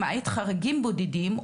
למעט חריגים בודדים,